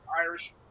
Irish